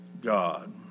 God